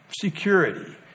Security